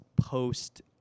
post